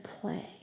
play